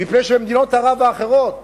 מפני שבמדינות ערב האחרות